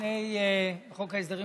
לפני חוק ההסדרים